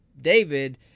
david